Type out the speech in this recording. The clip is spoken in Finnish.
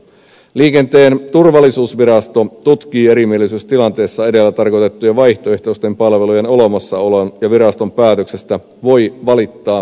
liikenteen turvallisuusvirasto tutkii erimielisyystilanteessa edellä tarkoitettujen vaihtoehtoisten palvelujen olemassaolon ja viraston päätöksestä voi valittaa markkinaoikeuteen